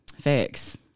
Facts